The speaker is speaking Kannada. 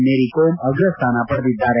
ಮೇರಿ ಕೋಮ್ ಅಗ್ರ ಸ್ಥಾನ ಪಡೆದಿದ್ದಾರೆ